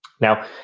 Now